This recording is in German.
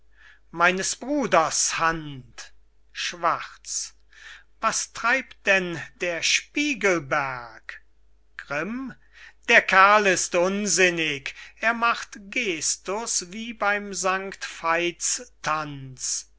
meines bruders hand schwarz was treibt denn der spiegelberg grimm der kerl ist unsinnig er macht gestus wie beim